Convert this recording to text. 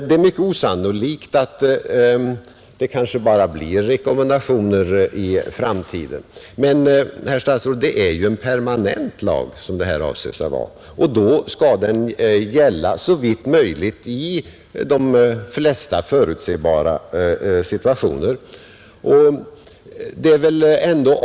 Det är mycket osannolikt att det bara blir rekommendationer i framtiden men, herr statsråd, lagen avses ju att bli permanent, och då skall den såvitt möjligt gälla i de flesta förutsebara situationer.